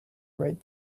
right